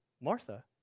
Martha